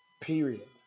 Period